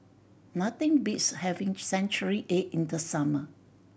nothing beats having century egg in the summer